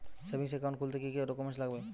Savings account খুলতে কি কি ডকুমেন্টস লাগবে?